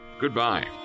Goodbye